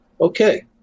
Okay